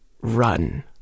Run